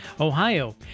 Ohio